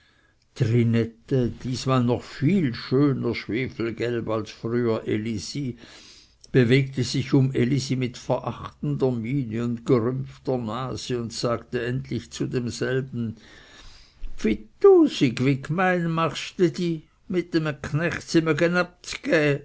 diesmal noch viel schöner schwefelgelb als früher elisi bewegte sich um elisi mit verachtender miene und gerümpfter nase und sagte endlich zu demselben pfitusig wie gmein machst de dih mit eme